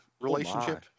relationship